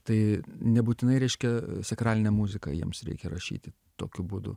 tai nebūtinai reiškia sakralinę muziką jiems reikia rašyti tokiu būdu